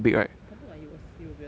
but not like you will you will be a doctor